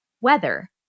weather